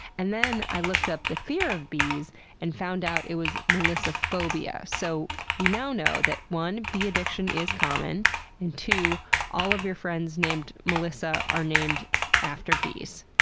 and then i looked up, the fear of bees and found out it was melissophobia. so, we now know that, one, bee addiction is common, all of your friends named melissa are named after bees.